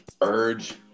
urge